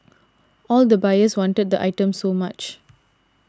all the buyers wanted the items so much